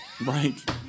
Right